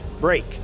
break